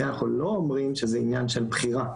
אנחנו לא אומרים שזה עניין של בחירה.